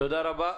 תודה רבה.